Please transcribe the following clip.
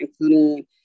including